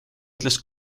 ütles